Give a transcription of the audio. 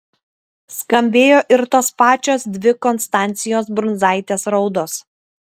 skambėjo ir tos pačios dvi konstancijos brundzaitės raudos